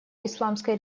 исламской